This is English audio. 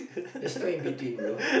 there's no in between bro